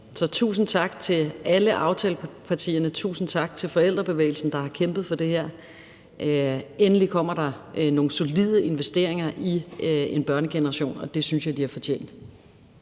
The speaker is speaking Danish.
Så tusind tak til alle aftalepartierne. Tusind tak til forældrebevægelsen, der har kæmpet for det her. Endelig kommer der nogle solide investeringer i en børnegeneration, og det synes jeg de har fortjent.